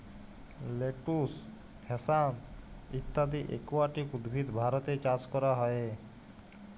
lettuce, hyacinth ইত্যদি aquatic উদ্ভিদ ভারতে চাস ক্যরা হ্যয়ে